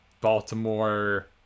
Baltimore